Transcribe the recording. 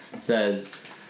says